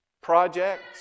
projects